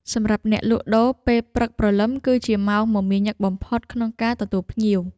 សម្រាប់អ្នកលក់ដូរ ពេលព្រឹកព្រលឹមគឺជាម៉ោងមមាញឹកបំផុតក្នុងការទទួលភ្ញៀវ។